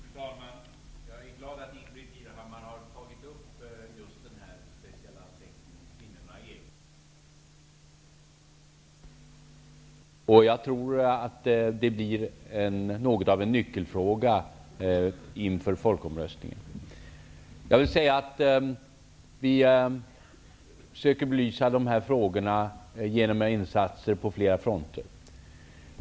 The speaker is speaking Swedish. Fru talman! Jag är glad över att Ingbritt Irhammar har tagit upp den speciella aspekten kvinnorna och EG. Den är av mycket stor betydelse, och jag tror att den kommer att bli något av en nyckelfråga inför folkomröstningen. Vi försöker belysa dessa frågor genom insatser på flera fronter.